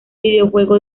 videojuego